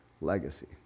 legacy